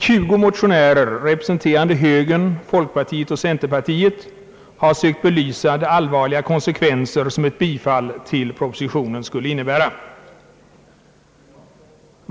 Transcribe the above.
Tjugu motionärer, representerande högern, folkpartiet och centerpartiet, har sökt belysa de allvarliga konsekvenser som ett bifall till propositionen skulle innebära.